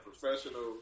Professional